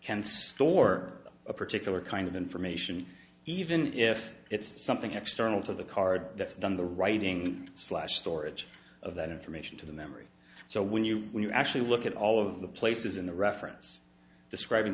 can store a particular kind of information even if it's something external to the card that's done the writing slash storage of that information to the memory so when you when you actually look at all of the places in the reference describing